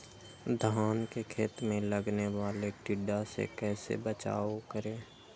धान के खेत मे लगने वाले टिड्डा से कैसे बचाओ करें?